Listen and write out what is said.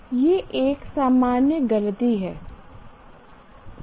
यह एक सामान्य गलती है